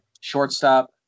shortstop